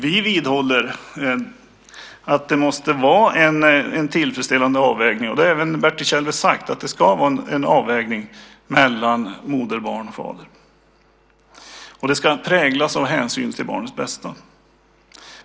Vi vidhåller att det måste göras en tillfredsställande avvägning. Det har även Bertil Kjellberg sagt. Det ska vara en avvägning mellan moder, barn och fader. Det ska präglas av hänsyn till barnets bästa.